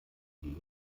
die